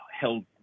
held